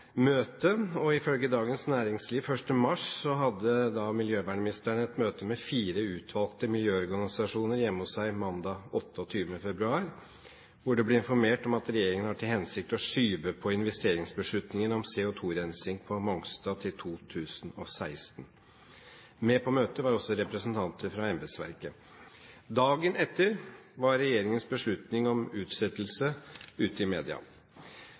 møte: «Ifølge Dagens Næringsliv 1. mars hadde miljøvernministeren et møte med fire utvalgte miljøorganisasjoner hjemme hos seg mandag 28. februar, hvor det ble informert om at regjeringen har til hensikt å skyve på investeringsbeslutningen om CO2-rensing på Mongstad til 2016. Med på møtet var også representanter fra embetsverket. Dagen etter var regjeringens beslutning om utsettelse ute i media.